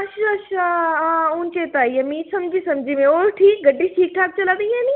अच्छा अच्छा हां हून चेत्ता आई गेआ मिगी समझी समझी में होर ठीक गड्डी ठीक ठाक चला दी ऐ निं